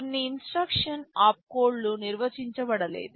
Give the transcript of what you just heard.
కొన్ని ఇన్స్ట్రక్షన్ ఆప్కోడ్లు నిర్వచించబడలేదు